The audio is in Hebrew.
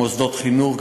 מוסדות חינוך,